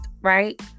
right